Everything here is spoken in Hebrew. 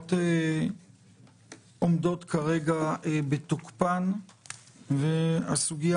התקנות עומדות כרגע בתוקפן והסוגיה